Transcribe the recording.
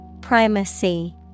Primacy